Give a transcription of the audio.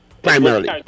Primarily